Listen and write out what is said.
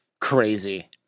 crazy